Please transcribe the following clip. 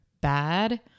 bad